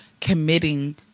committing